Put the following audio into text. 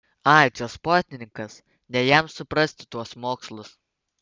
ai čia sportininkas ne jam suprasti tuos mokslus